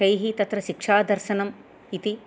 तैः तत्र शिक्षादर्शनम् इति